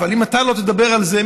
אבל אם אתה לא תדבר על זה,